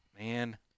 Man